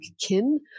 kin